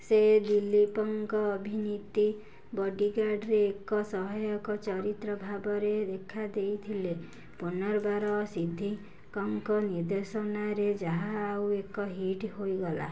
ସେ ଦିଲୀପଙ୍କ ଅଭିନୀତ ବଡ଼ିଗାର୍ଡ଼ରେ ଏକ ସହାୟକ ଚରିତ୍ର ଭାବରେ ଦେଖାଦେଇଥିଲେ ପୁନର୍ବାର ସିଦ୍ଧିକଙ୍କ ନିର୍ଦ୍ଦେଶନାରେ ଯାହା ଆଉ ଏକ ହିଟ୍ ହୋଇଗଲା